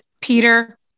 Peter